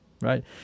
Right